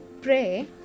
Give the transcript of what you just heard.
pray